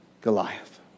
Goliath